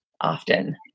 often